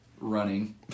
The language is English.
running